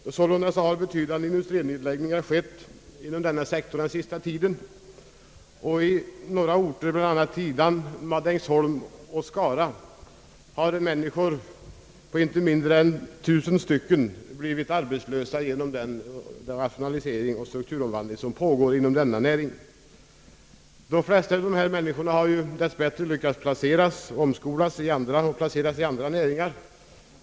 Betydande industrinedläggningar har skett inom denna sektor. I några orter, Tidan, Madängsholm och Skara, har inte mindre än cirka 1000 människor blivit arbetslösa på grund av den rationalisering och strukturomvandling som pågår inom denna näring. De flesta av dessa människor har dess bättre kunnat omskolas och inplaceras i andra näringar.